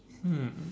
hmm